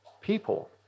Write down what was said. people